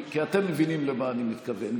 כי אתם מבינים למה אני מתכוון.